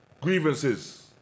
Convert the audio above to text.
grievances